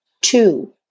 Two